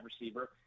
receiver